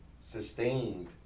sustained